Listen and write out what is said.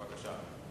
בבקשה.